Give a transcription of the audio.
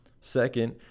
Second